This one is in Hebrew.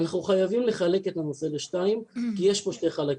אנחנו חייבים לחלק את הנושא לשניים כי יש פה שני חלקים.